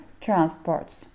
transports